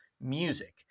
music